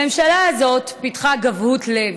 הממשלה הזאת פיתחה גבהות לב,